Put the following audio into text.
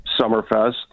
Summerfest